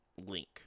link